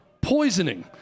poisoning